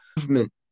movement